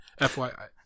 FYI